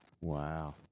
Wow